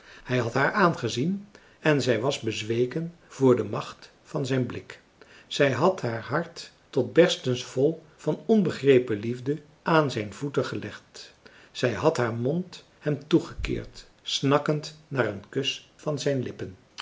hij had haar aangezien en zij was bezweken voor de macht van zijn blik zij had haar hart tot berstens vol van onbegrepen liefde marcellus emants een drietal novellen aan zijn voeten gelegd zij had haar mond hem toegekeerd snakkend naar een kus van zijn lippen